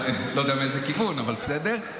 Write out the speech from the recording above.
אני לא יודע מאיזה כיוון, אבל בסדר.